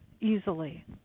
easily